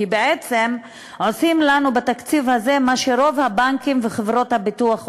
כי בעצם עושים לנו בתקציב הזה מה שרוב הבנקים וחברות הביטוח עושים: